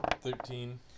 Thirteen